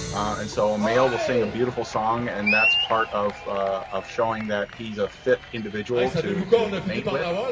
and so a male will sing a beautiful song and that's part of of showing that he's a fit individual to to mate with.